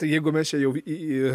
jeigu mes čia jau į